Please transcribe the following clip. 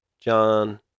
John